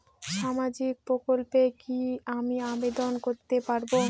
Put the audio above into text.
সামাজিক প্রকল্পে কি আমি আবেদন করতে পারবো?